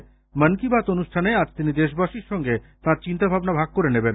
মন কি বাত অনুষ্ঠানে আজ তিনি দেশবাসীর সঙ্গে তাঁর চিন্তাভাবনা ভাগ করে নেবেন